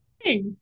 Hey